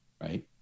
right